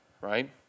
right